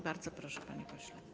Bardzo proszę, panie pośle.